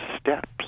steps